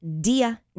Dia